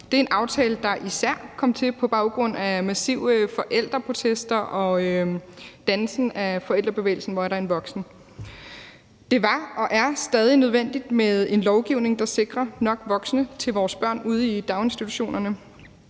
Det er en aftale, som især kom til på baggrund af massive forældreprotester og dannelsen af Forældrebevægelsen #HvorErDerEnVoksen. Det var og er stadig nødvendigt med en lovgivning, der sikrer nok voksne til vores børn ude i daginstitutionerne.